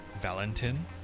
Valentin